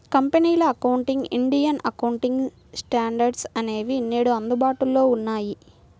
కంపెనీల accounting, Indian accounting standards అనేవి నేడు అందుబాటులో ఉన్నాయి